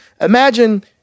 imagine